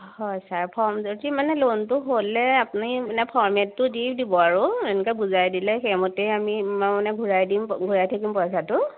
হয় sir form যদি মানে ল'নটো হ'লে আপুনি মানে ফৰ্মেটটো দি দিব আৰু এনেকে বুজাই দিলে সেইমতেই আমি মই মানে ঘূৰাই দিম ঘূৰাই থাকিম পইচাটো